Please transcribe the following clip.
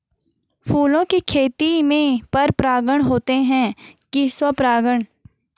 फूलों की खेती में पर परागण होता है कि स्वपरागण?